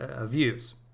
views